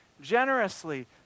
generously